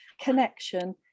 connection